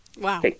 Wow